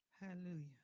hallelujah